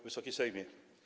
Wysoki Sejmie!